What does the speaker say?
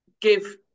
give